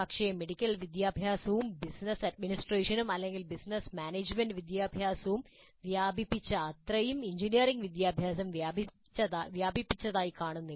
പക്ഷേ മെഡിക്കൽ വിദ്യാഭ്യാസവും ബിസിനസ് അഡ്മിനിസ്ട്രേഷനും അല്ലെങ്കിൽ ബിസിനസ് മാനേജ്മെന്റ് വിദ്യാഭ്യാസവും വ്യാപിപ്പിച്ച അത്രയും എഞ്ചിനീയറിംഗ് വിദ്യാഭ്യാസം വ്യാപിപ്പിച്ചതായി കാണുന്നില്ല